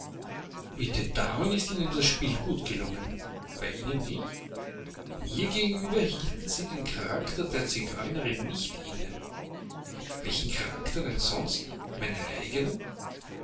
mit den damen ist ihnen das spiel gut gelungen mit ihnen nicht mir gegenüber hielten sie den charakter der zigeunerin nicht inne welchen charakter denn sonst meinen